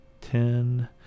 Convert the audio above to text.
ten